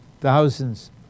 thousands